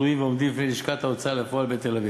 התלויים ועומדים בפני לשכת ההוצאה לפועל בתל-אביב.